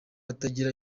atagira